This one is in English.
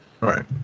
right